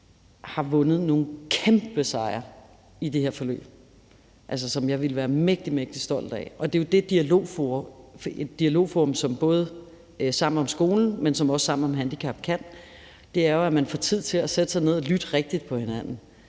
har vundet nogle kæmpe sejre i det her forløb, som jeg ville være mægtig, mægtig stolt af. Det er jo det dialogforum, som både Sammen om skolen og også Sammen om handicap kan. Det er, at man får tid til at sætte sig ned og lytte rigtigt til hinanden